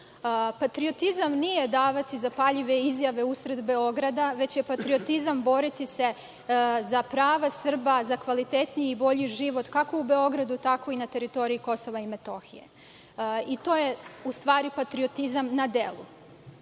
umu. Patriotizam nije davati zapaljive izjave u sred Beograda, već je patriotizam boriti se za prava Srba, za kvalitetniji i bolji život kako u Beogradu, tako i na teritoriji KiM, i to je u stvari patriotizam na